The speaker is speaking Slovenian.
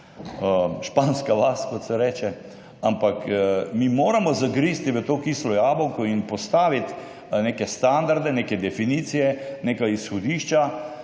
španska vas, kot se reče. Ampak mi moramo zagristi v to kislo jabolko in postaviti neke standarde, neke definicije, neka izhodišča.